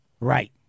Right